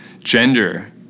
gender